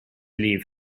leave